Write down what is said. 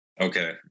Okay